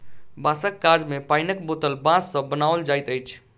बाँसक काज मे पाइनक बोतल बाँस सॅ बनाओल जाइत अछि